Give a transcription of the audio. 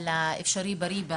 על תוכנית ׳אפשרי בריא׳,